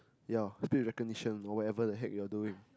ya speech recognition or whatever the heck you're doing